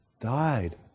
died